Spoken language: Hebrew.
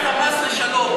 ה"חמאס" לשלום.